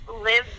live